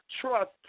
trust